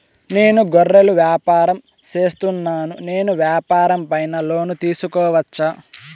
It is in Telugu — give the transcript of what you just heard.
నేను గొర్రెలు వ్యాపారం సేస్తున్నాను, నేను వ్యాపారం పైన లోను తీసుకోవచ్చా?